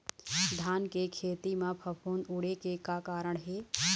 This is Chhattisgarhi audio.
धान के खेती म फफूंद उड़े के का कारण हे?